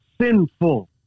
sinful